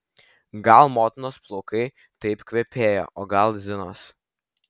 gal motinos plaukai taip kvepėjo o gal zinos